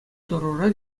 тӑрура